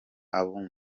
abumva